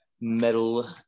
metal